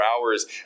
hours